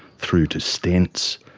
through to stents.